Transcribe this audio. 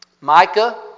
Micah